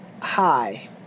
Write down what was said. hi